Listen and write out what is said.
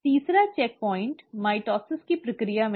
तीसरा checkpoint mitosis की प्रक्रिया में है